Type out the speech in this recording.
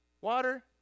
Water